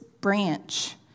branch